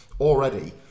already